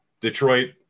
Detroit